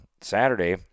Saturday